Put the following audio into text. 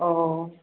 अ'